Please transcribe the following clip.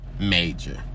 major